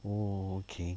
oh okay